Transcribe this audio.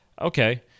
Okay